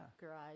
garage